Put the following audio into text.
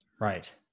Right